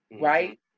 right